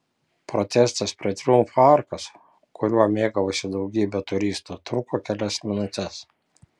protestas prie triumfo arkos kuriuo mėgavosi daugybė turistų truko kelias minutes